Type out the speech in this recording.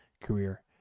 career